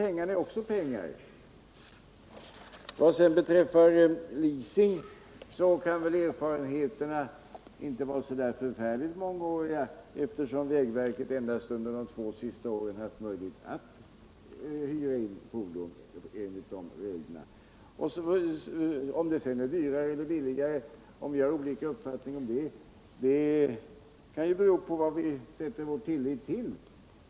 Vad sedan beträffar leasing kan väl erfarenheterna inte vara så förfärligt mångåriga, eftersom vägverket endast under de två senaste åren haft möjlighet att hyra in fordon enligt dessa regler. Om vi sedan har olika uppfattningar om huruvida det är dyrare eller billigare, kan det bero på vad vi sätter vår tillit till.